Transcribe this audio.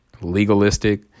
legalistic